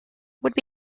would